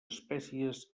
espècies